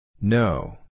No